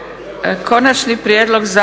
Konačni prijedlog Zakona